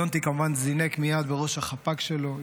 יונתי כמובן זינק מייד בראש החפ"ק שלו,